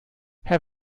herr